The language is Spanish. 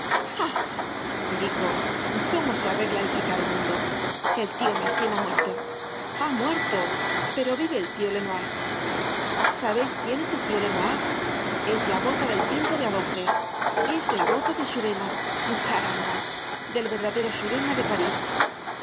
dijo cómo se arregla el picaro mundo el tio mestienne ha muerto ha muerto pero vive el tio lenoir sabeis quién es el tio lenoir es la bota del tinto de á doce es la bota de surena caramba del verdadero surena dé parís